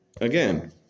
Again